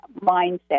Mindset